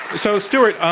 so, stewart,